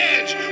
Edge